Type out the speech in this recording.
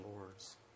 lords